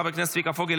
חבר הכנסת צביקה פוגל,